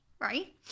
right